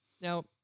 now